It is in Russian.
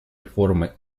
реформы